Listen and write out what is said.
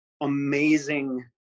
amazing